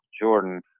Jordan